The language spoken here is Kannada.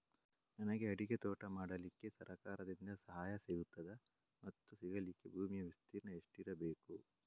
ನನಗೆ ಅಡಿಕೆ ತೋಟ ಮಾಡಲಿಕ್ಕೆ ಸರಕಾರದಿಂದ ಸಹಾಯ ಸಿಗುತ್ತದಾ ಮತ್ತು ಸಿಗಲಿಕ್ಕೆ ಭೂಮಿಯ ವಿಸ್ತೀರ್ಣ ಎಷ್ಟು ಇರಬೇಕು?